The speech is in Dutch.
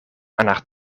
haar